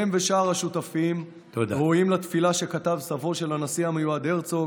הם ושאר השותפים ראויים לתפילה שכתב סבו של הנשיא המיועד הרצוג